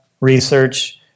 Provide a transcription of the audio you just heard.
research